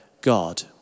God